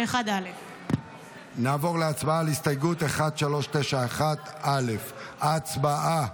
1391א. נעבור להצבעה על הסתייגות 1391א. הצבעה.